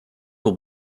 will